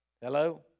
Hello